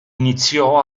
iniziò